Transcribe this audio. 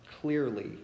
clearly